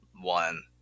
one